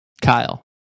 Kyle